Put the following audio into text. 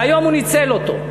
והיום הוא ניצל אותו.